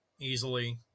easily